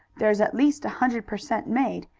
there's at least a hundred per cent. made,